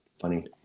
funny